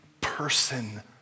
person